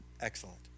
excellent